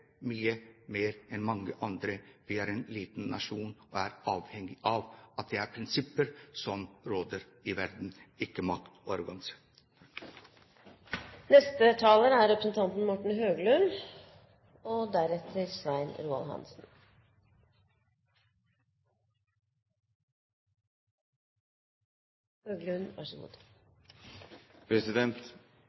mye mer enn mange andre. Vi er en liten nasjon, og er avhengig av at det er prinsipper som råder i verden, ikke makt og arroganse. Representanten Chaudhry holdt akkurat et veldig viktig innlegg, som berørte mange viktige konflikter og